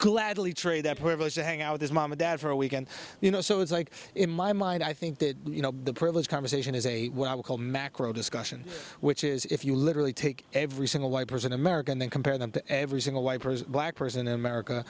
gladly trade that privilege to hang out with his mom or dad for a weekend you know so it's like in my mind i think that you know the privileged conversation is a macro discussion which is if you literally take every single white person america and then compare them to every single wipers black person in america